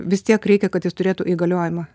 vis tiek reikia kad jis turėtų įgaliojimą